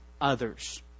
others